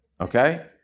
Okay